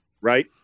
right